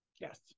Yes